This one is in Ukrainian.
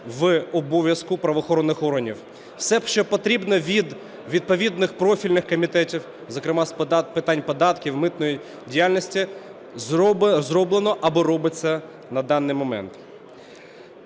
в обов'язку правоохоронних органів. Все, що потрібно від відповідних профільних комітетів, зокрема, з питань податків, митної діяльності зроблено або робиться на даний момент.